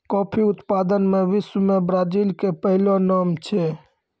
coffee उत्पादन मॅ विश्व मॅ ब्राजील के पहलो नाम छै